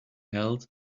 held